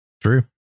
True